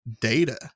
data